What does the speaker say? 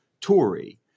Tory